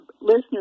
listeners